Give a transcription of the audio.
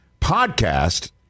podcast